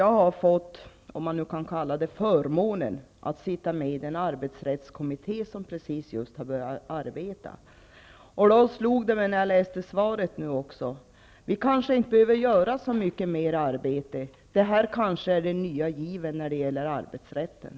Jag har fått förmånen -- om man nu kan kalla det för en förmån -- att vara med i den arbetsrättskommitté som just har börjat att arbeta. När jag läste svaret slog det mig att vi kanske inte behöver göra så mycket mera, eftersom detta verkar vara den nya given när det gäller arbetsrätten.